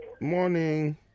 morning